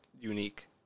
unique